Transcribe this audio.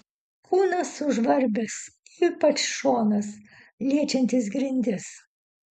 kūnas sužvarbęs ypač šonas liečiantis grindis